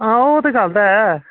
आं ओह् ते गल्ल ऐ